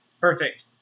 Perfect